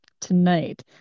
tonight